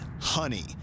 Honey